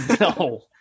No